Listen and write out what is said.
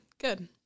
Good